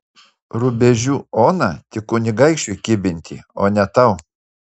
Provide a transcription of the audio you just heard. rubežių oną tik kunigaikščiui kibinti o ne tau